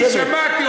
בסדר.